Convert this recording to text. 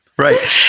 Right